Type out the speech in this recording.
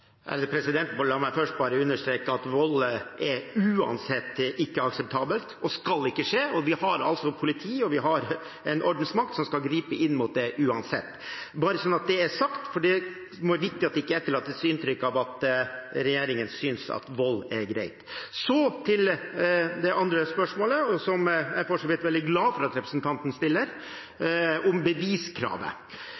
La meg først understreke at vold uansett ikke er akseptabelt og ikke skal skje. Vi har et politi og en ordensmakt som skal gripe inn mot det, uansett – bare slik at det er sagt. Det er viktig at det ikke etterlates inntrykk av at regjeringen synes vold er greit. Så til det andre spørsmålet, som jeg for så vidt er veldig glad for at representanten stiller: